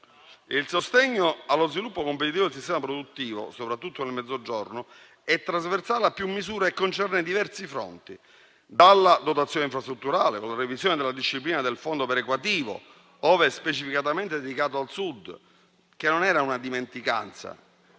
Il sostegno allo sviluppo competitivo del sistema produttivo, soprattutto nel Mezzogiorno, è trasversale a più misure e concerne diversi fronti. Cito la dotazione infrastrutturale, con la revisione della disciplina del Fondo perequativo, specificatamente dedicato al Sud, che non era una dimenticanza: